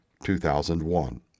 2001